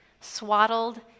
swaddled